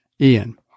Ian